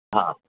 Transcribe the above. हा